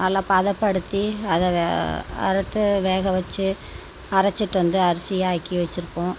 நல்லா பதப்படுத்தி அதை அறுத்து வேகவச்சு அரைச்சிட்டு வந்து அரிசியாக ஆக்கி வச்சுருப்போம்